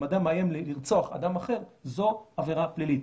אם אדם מאיים לרצוח אדם אחר זו עבירה פלילית,